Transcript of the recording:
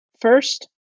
First